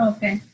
Okay